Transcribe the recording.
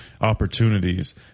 opportunities